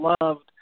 loved